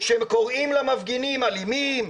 שהם קוראים למפגינים אלימים,